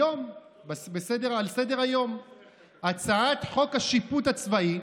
היום על סדר-היום הצעת חוק השיפוט הצבאי,